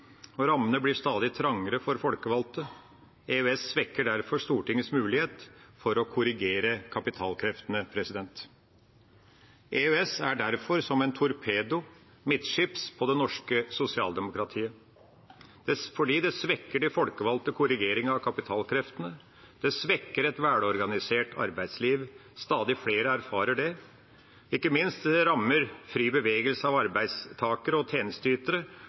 Rammene blir stadig trangere for folkevalgte. EØS svekker derfor Stortingets mulighet for å korrigere kapitalkreftene. EØS er derfor som en torpedo midtskips på det norske sosialdemokratiet, fordi det svekker de folkevalgtes korrigering av kapitalkreftene, det svekker et velorganisert arbeidsliv. Stadig flere erfarer det. Ikke minst rammer det fri bevegelse av arbeidstakere og tjenesteytere,